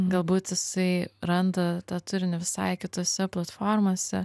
galbūt jisai randa tą turinį visai kitose platformose